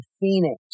Phoenix